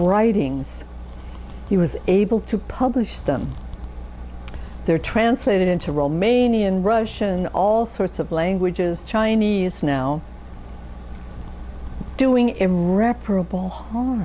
writings he was able to publish them there translated into romanian russian all sorts of languages chinese now doing irreparable